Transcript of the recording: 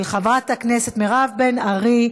של חברת הכנסת מירב בן ארי.